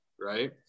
Right